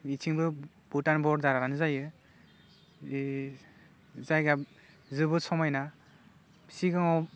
बिथिंबो भुटान बर्डारानो जायो बे जायगा जोबोर समायना सिगाङाव